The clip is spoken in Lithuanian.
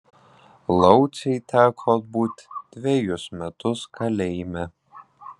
laucei teko atbūt dvejus metus kalėjime